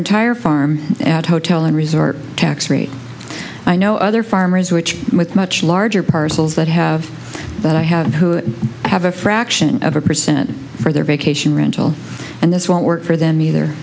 entire farm at hotel and resort tax rate i know other farmers which with much larger parcels that have that i have and who have a fraction of a percent for their vacation rental and this won't work for them either